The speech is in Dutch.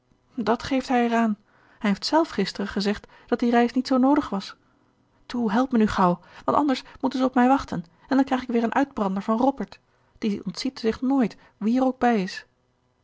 dat geeft hij er aan hij heeft zelf gisteren gezegd dat die reis niet zoo noodig was toe help me nu gauw want anders moeten ze op mij wachten en dan krijg ik weer een uitbrander van robert die ontziet zich nooit wie er ook bij is